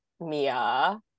mia